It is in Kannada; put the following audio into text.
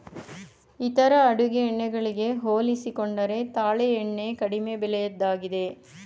ಇತರ ಅಡುಗೆ ಎಣ್ಣೆ ಗಳಿಗೆ ಹೋಲಿಸಿಕೊಂಡರೆ ತಾಳೆ ಎಣ್ಣೆ ಕಡಿಮೆ ಬೆಲೆಯದ್ದಾಗಿದೆ